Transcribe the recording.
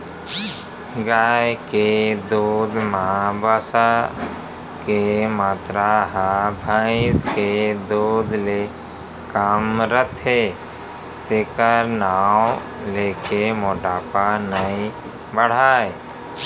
गाय के दूद म वसा के मातरा ह भईंसी के दूद ले कम रथे तेकर नांव लेके मोटापा नइ बाढ़य